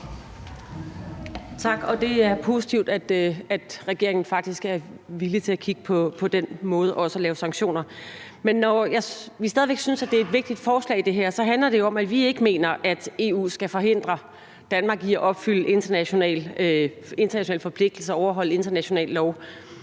Tak. Det er positivt, at regeringen faktisk er villig til at kigge på den måde at lave sanktioner på. Men når vi stadig væk synes, at det her er et vigtigt forslag, handler det jo om, at vi ikke mener, at EU skal forhindre Danmark i at opfylde internationale forpligtelser og overholde international lov,